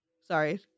sorry